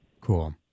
Cool